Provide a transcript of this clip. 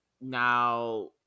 now